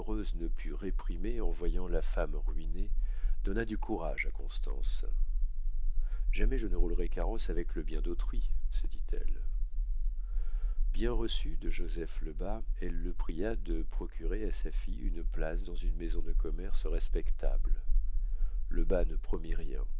ne put réprimer en voyant la femme ruinée donna du courage à constance jamais je ne roulerai carrosse avec le bien d'autrui se dit-elle bien reçue de joseph lebas elle le pria de procurer à sa fille une place dans une maison de commerce respectable lebas ne promit rien